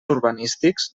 urbanístics